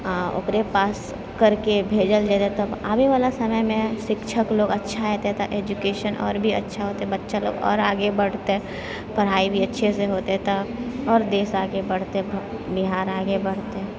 आओर ओकरे पास करके भेजल जेतै तऽ आवैवला समयमे शिक्षक लोग अच्छा एतै तऽ एजुकेशन आओर भी अच्छा होतै बच्चा मतलब आओर आगे बढ़तै पढ़ाइ भी अच्छेसँ होतै तऽ आओर देश आगे बढ़तै बिहार आगे बढ़तै